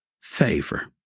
favor